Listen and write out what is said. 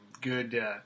good –